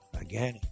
again